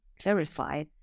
clarify